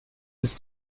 ist